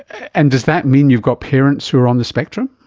and does that mean you've got parents who are on the spectrum?